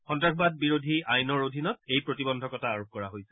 সন্তাসবাদী বিৰোধী আইনৰ অধীনত এই প্ৰতিবন্ধকতা আৰোপ কৰা হৈছে